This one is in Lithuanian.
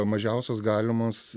mažiausios galimos